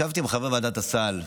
ישבתי עם חברי ועדת הסל,